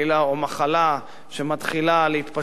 או מחלה שמתחילה להתפשט,